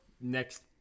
next